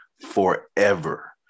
forever